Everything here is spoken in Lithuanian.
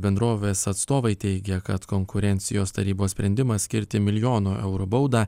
bendrovės atstovai teigia kad konkurencijos tarybos sprendimas skirti milijono eurų baudą